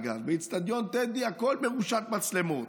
אגב: באצטדיון טדי הכול מרושת מצלמות,